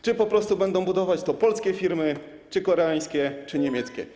Czy po prostu będą to budować polskie firmy, czy koreańskie, czy niemieckie?